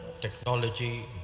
technology